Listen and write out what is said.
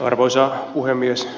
arvoisa puhemies